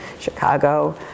Chicago